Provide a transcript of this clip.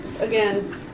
again